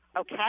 okay